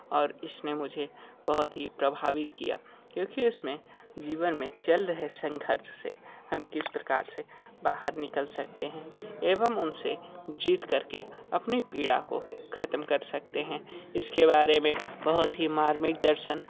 और इसने मुझे बहुत ही प्रभावित किया क्योंकि इसमें जीवन में चल रहे संघर्स से हम किस प्रकार से बाहर निकल सकते हैं एवं उनसे जीत कर के अपनी पीड़ा को ख़त्म कर सकते हैं इस के बारे में बहुत ही मार्मिक दर्शन